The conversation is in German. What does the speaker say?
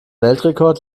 weltrekord